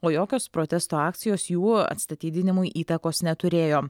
o jokios protesto akcijos jų atstatydinimui įtakos neturėjo